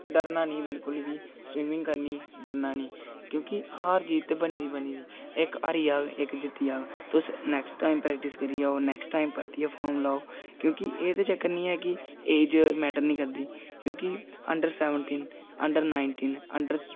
डरना निं बिल्कुल बी स्विमिंग करनी डरना निं क्योंकि हार जीत ते बनी दी बनी दी इक हारी जाह्ग इक जित्ती जाह्ग तुस नेक्सट टाइम प्रैक्टिस करियै आओ नेक्सट टाइम परतियै फार्म लाओ क्योंकि एह्दा चक्कर निं ऐ कि एज मैटर निं करदी क्योंकि under seventeen under nineteen under